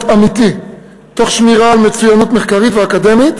אמיתי תוך שמירה על מצוינות מחקרית ואקדמית,